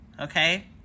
Okay